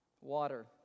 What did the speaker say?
Water